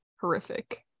horrific